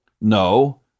no